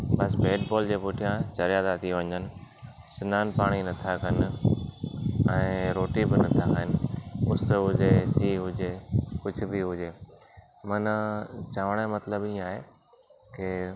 बसि bat ball जे पुठियां चरियां था थी वञनि सनानु पाणी न था कनि ऐं रोटी बि न था खाइनि उस हुजे सीउ हुजे कुझु बि हुजे मना चवण जो मतलबु इयं आहे के